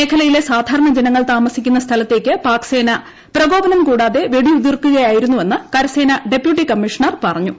മേഖലയിലെ സാധാരണ ജനങ്ങൾ താമസിക്കുന്ന സ്ഥലത്തേക്ക് പാക് സേന പ്രകോപനം കൂടാതെ വെടിയുതിർക്കുകിയായിരുന്നുവെന്ന് കരസേന ഡെപ്യൂട്ടി കമ്മിഷണർ പറഞ്ഞു